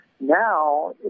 Now